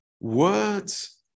Words